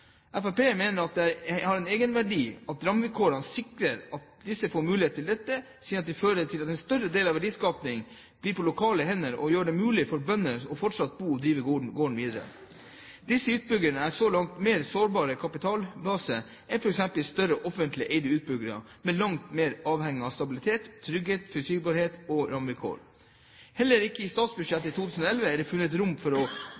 mener det har en egenverdi at rammevilkårene sikrer at disse får mulighet til dette, siden det fører til at en større del av verdiskapingen blir på lokale hender og gjør det mulig for bønder fortsatt å bo og drive gården videre. Disse utbyggerne har en langt mer sårbar kapitalbase enn f.eks. større offentlig eide utbyggere, og er langt mer avhengig av stabilitet, trygghet og forutsigbarhet i rammevilkårene. Heller ikke i statsbudsjettet for 2011 er det funnet rom for å